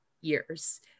years